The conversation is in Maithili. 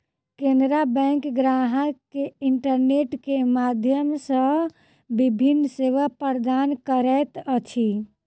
केनरा बैंक ग्राहक के इंटरनेट के माध्यम सॅ विभिन्न सेवा प्रदान करैत अछि